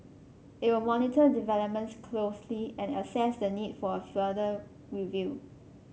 it will monitor developments closely and assess the need for a further review